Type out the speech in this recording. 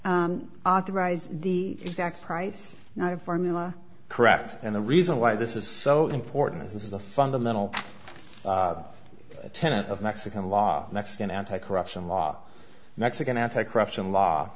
actually authorize the exact price formula correct and the reason why this is so important is this is a fundamental tenet of mexican law mexican anti corruption law mexican anti corruption law